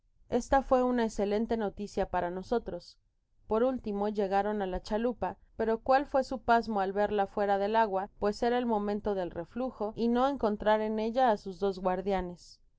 esta fue una escelente noticia para nosotros por último llegaron á la chalupa pero cual fué su pasmo al verla fuera del agua pues era el momento del reflujo y no encontrar en ella á sus dos guardianes